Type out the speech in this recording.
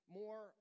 more